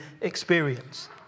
experience